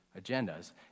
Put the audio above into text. agendas